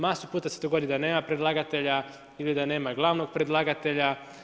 Masu puta se dogodi da nema predlagatelja ili da nema glasnog predlagatelja.